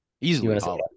Easily